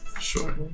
sure